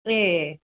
ए